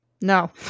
No